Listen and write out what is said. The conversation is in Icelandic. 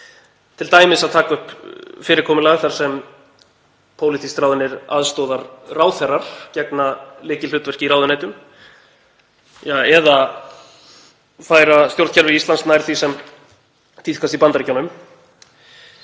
t.d. að taka upp fyrirkomulag þar sem pólitískt ráðnir aðstoðarráðherrar gegna lykilhlutverki í ráðuneytum eða færa stjórnkerfi Íslands nær því sem tíðkast í Bandaríkjunum,